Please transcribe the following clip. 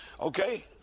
okay